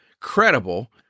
credible